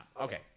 okay